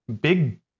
big